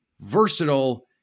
versatile